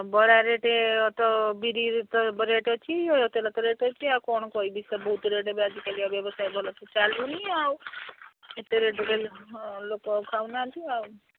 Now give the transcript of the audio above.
ବରା ରେଟ୍ ତ ବିରି ତ ରେଟ୍ ଅଛି ଆ ତେଲ ତ ରେଟ୍ ଅଛି ଆଉ କ'ଣ କହିବି ସାର୍ ବହୁତ ରେଟ୍ ଏବେ ଆଜିକାଲିଆ ବ୍ୟବସାୟ ଭଲ ତ ଚାଲୁନି ଆଉ ଏତେ ରେଟ୍ କଲେ ହଁ ଲୋକ ଆଉ ଖାଉନାହାନ୍ତି ଆଉ